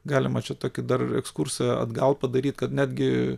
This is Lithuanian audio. galima čia tokį dar ekskursą atgal padaryt kad netgi